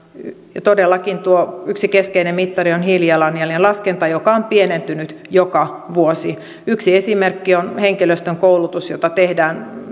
ja todellakin tuo yksi keskeinen mittari on hiilijalanjäljen laskenta joka on pienentynyt joka vuosi yksi esimerkki on henkilöstön koulutus jota tehdään